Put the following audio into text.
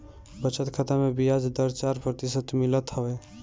बचत खाता में बियाज दर चार प्रतिशत मिलत हवे